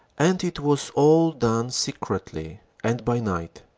and it was all done secretly and by night.